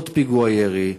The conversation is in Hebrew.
עוד פיגוע ירי,